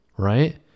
Right